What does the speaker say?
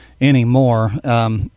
anymore